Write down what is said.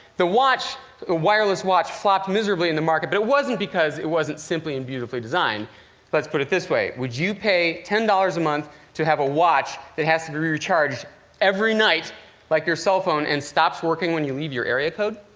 the ah wireless watch flopped miserably in the market, but it wasn't because it wasn't simply and beautifully designed. but let's put it this way would you pay ten dollars a month to have a watch that has to be recharged every night like your cell phone, and stops working when you leave your area code?